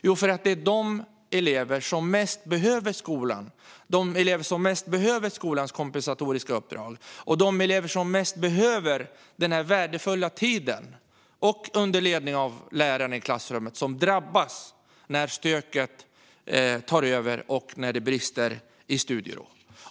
Jo, det är de elever som mest behöver skolan, skolans kompensatoriska uppdrag och den värdefulla tiden under ledning av lärarna i klassrummet som drabbas när stöket tar över och det brister i studiero.